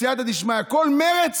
סייעתא דשמיא, כל מרצ